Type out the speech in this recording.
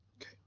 Okay